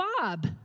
Bob